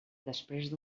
després